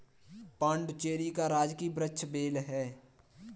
पुडुचेरी का राजकीय वृक्ष बेल है